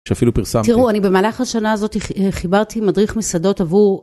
שאפילו פרסמתי. תראו אני במהלך השנה הזאת חיברתי מדריך מסעדות עבור.